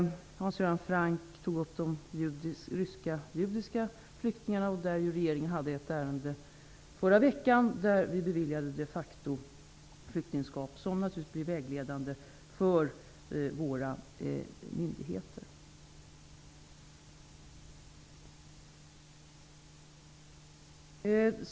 Hans Göran Franck tog upp de ryska judiska flyktingarna. Regeringen hade ju i förra veckan ett ärende som rörde denna grupp, och vi beviljade i det ärendet de facto-flyktingskap, något som naturligtvis kommer att bli vägledande för våra myndigheter.